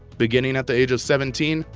beginning at the age of seventeen,